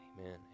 Amen